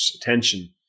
attention